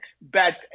bad